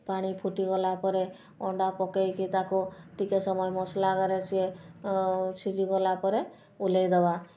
ପାଣି ଫୁଟିଗଲା ପରେ ଅଣ୍ଡା ପକେଇକି ତାକୁ ଟିକେ ସମୟ ମସଲା ସିଏ ସିଝିଗଲା ପରେ ଓହ୍ଲେଇ ଦେବା